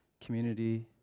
community